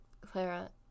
Clara